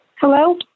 Hello